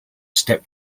step